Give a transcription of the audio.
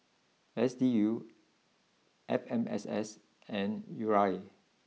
S D U F M S S and U R A